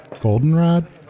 Goldenrod